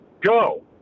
go